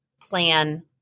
plan